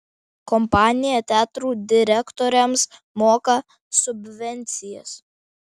kompanija teatrų direktoriams moka subvencijas